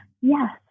Yes